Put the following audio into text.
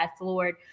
Lord